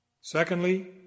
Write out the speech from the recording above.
Secondly